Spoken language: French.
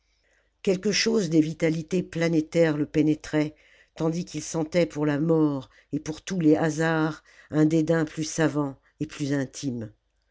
quelque chose des vitalités planétaires le pénétrait tandis qu'il sentait pour la mort et pour tous les hasards un dédain plus savant et plus intime